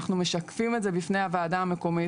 אנחנו משקפים את זה בפני הוועדה המקומית.